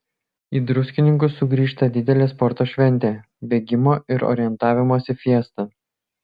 į druskininkus sugrįžta didelė sporto šventė bėgimo ir orientavimosi fiesta